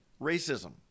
racism